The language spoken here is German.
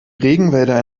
regenwälder